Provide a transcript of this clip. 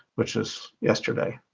which was yesterday.